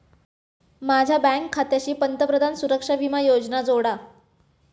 माझ्या बँक खात्याशी पंतप्रधान सुरक्षा विमा योजना जोडा